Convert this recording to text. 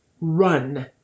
Run